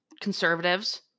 conservatives